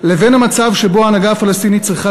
לבין המצב שבו ההנהגה הפלסטינית צריכה